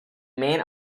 main